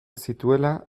zituela